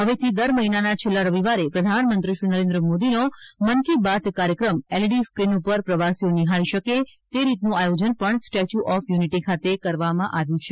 હવેથી દર મહિનાના છેલ્લાં રવિવારે પ્રધાનમંત્રી શ્રી નરેન્દ્ર મોદીનો મન કી બાત કાર્યક્રમ એલઈડી સ્ક્રીન પર પ્રવાસીઓ નિહાળી શકે તે રીતનું આયોજન પણ સ્ટેચ્યુ ઓફ યુનિટી ખાતે કરવામાં આવ્યું છે